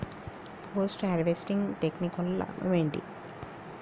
Post harvesting technique వల్ల లాభం ఏంటి?